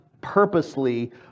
purposely